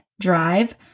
Drive